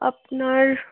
আপনার